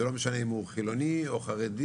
זה לא משנה אם הוא חילוני או חרדי,